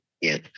yes